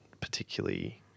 particularly